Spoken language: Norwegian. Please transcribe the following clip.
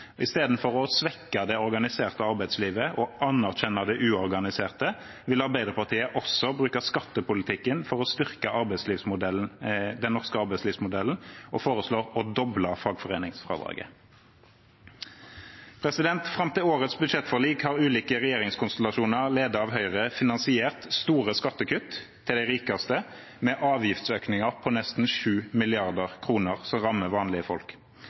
å svekke det organiserte arbeidslivet og anerkjenne det uorganiserte vil Arbeiderpartiet også bruke skattepolitikken for å styrke den norske arbeidslivsmodellen, og foreslår å doble fagforeningsfradraget. Fram til årets budsjettforlik har ulike regjeringskonstellasjoner ledet av Høyre finansiert store skattekutt til de rikeste med avgiftsøkninger på nesten 7 mrd. kr, noe som rammer vanlige folk.